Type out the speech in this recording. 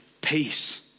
peace